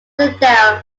lauderdale